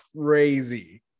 crazy